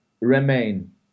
remain